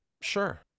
Sure